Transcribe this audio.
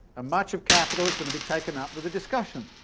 much of capital is going to be taken up with the discussion